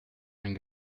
ein